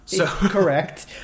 Correct